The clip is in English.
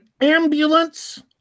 ambulance